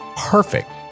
perfect